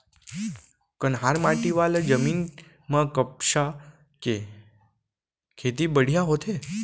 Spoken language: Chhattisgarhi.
कन्हार माटी वाला जमीन म कपसा के खेती बड़िहा होथे